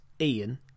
Ian